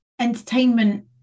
entertainment